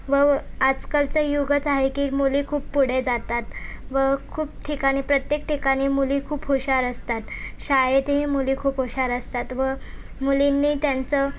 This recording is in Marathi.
व आजकालच युगच आहे की मुली खूप पुढे जातात व खूप ठिकाणी प्रत्येक ठिकाणी मुली खूप हुशार असतात शाळेतही मुली खूप हुशार असतात व मुलींनी त्यांचं